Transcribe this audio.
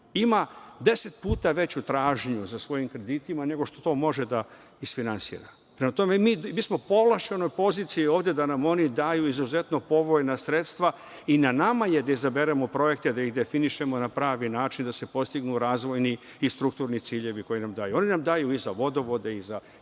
ima 10 puta veću tražnju za svojim kreditima nego što to može da isfinansira. Prema tome, mi smo u povlašćenoj poziciji ovde da nam oni daju izuzetno povoljna sredstva i na nama je da izaberemo projekte, da ih definišemo na pravi način, da se postignu razvojni i strukturni ciljevi koje nam daju. Oni nam daju i za vodovode, i za energetiku,